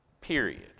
period